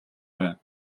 байв